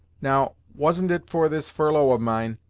now, wasn't it for this furlough of mine,